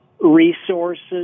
resources